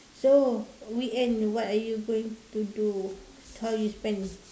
so weekend what are you going to do how you spend